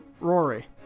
Rory